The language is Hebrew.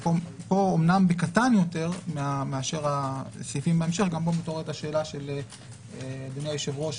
פה בקטן יותר מאשר הסעיפים בהמשך - השאלה של אדוני היושב-ראש,